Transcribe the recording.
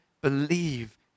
believe